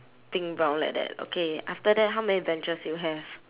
pink brown like that okay after that how many benches do you have